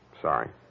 Sorry